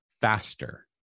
faster